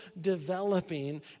developing